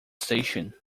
station